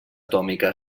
atòmica